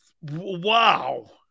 Wow